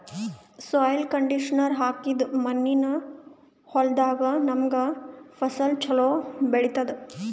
soil conditioner ಹಾಕಿದ್ದ್ ಮಣ್ಣಿನ್ ಹೊಲದಾಗ್ ನಮ್ಗ್ ಫಸಲ್ ಛಲೋ ಬೆಳಿತದ್